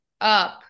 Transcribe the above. up